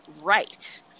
right